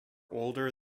older